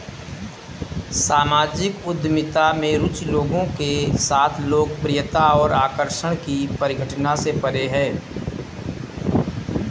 सामाजिक उद्यमिता में रुचि लोगों के साथ लोकप्रियता और आकर्षण की परिघटना से परे है